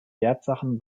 wertsachen